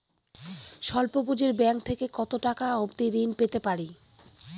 স্বল্প পুঁজির ব্যাংক থেকে কত টাকা অবধি ঋণ পেতে পারি?